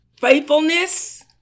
faithfulness